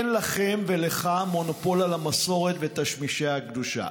אין לכם ולך מונופול על המסורת ותשמישי הקדושה.